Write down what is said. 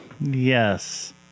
Yes